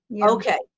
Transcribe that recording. okay